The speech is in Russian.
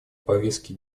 повестки